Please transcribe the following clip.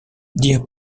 deer